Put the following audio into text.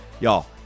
Y'all